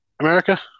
America